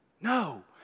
No